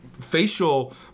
facial